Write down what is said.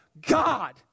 God